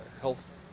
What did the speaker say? health